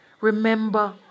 remember